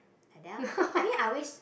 like that lor I mean I always